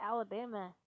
Alabama